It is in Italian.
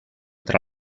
tra